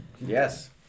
yes